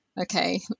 okay